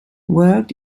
worked